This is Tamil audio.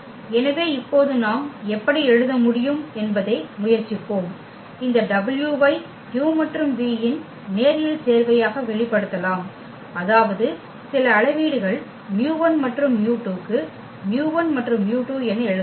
எனவே இப்போது நாம் எப்படி எழுத முடியும் என்பதை முயற்சிப்போம் இந்த w ஐ u மற்றும் v இன் நேரியல் சேர்வையாக வெளிப்படுத்தலாம் அதாவது சில அளவீடுகள் μ1 மற்றும் μ2 க்கு μ1 மற்றும் μ2 என எழுதலாம்